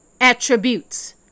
attributes